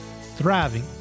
thriving